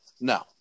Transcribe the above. No